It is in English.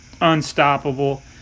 unstoppable